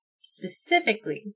specifically